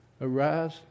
Arise